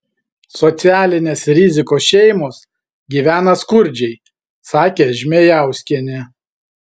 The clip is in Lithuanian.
socialinės rizikos šeimos gyvena skurdžiai sakė žmėjauskienė